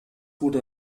wurde